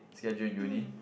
schedule in uni